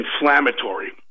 inflammatory